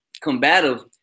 combative